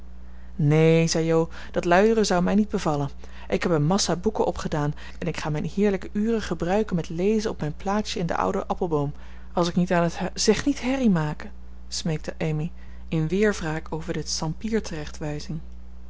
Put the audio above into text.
neen zei jo dat luieren zou mij niet bevallen ik heb een massa boeken opgedaan en ik ga mijn heerlijke uren gebruiken met lezen op mijn plaatsje in den ouden appelboom als ik niet aan het h zeg niet herrie maken smeekte amy in weerwraak over de sampier